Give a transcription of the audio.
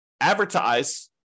advertise